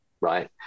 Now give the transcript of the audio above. Right